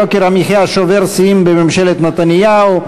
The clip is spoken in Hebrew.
יוקר המחיה שובר שיאים בממשלת נתניהו.